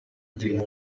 gihombo